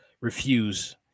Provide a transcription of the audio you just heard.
refuse